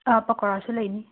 ꯄꯀꯣꯔꯥꯁꯨ ꯂꯩꯅꯤ